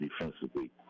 defensively